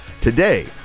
today